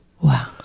Wow